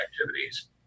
activities